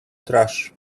trash